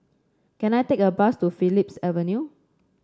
can I take a bus to Phillips Avenue